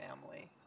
family